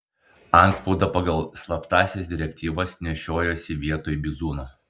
antspaudą pagal slaptąsias direktyvas nešiojosi vietoj bizūno